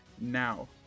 now